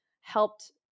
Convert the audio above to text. helped